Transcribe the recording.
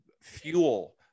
fuel